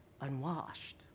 unwashed